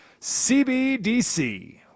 CBDC